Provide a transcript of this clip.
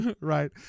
right